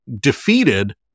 defeated